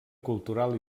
cultural